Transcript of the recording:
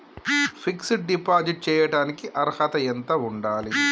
Fix డ్ deposit చేయటానికి అర్హత ఎంత ఉండాలి?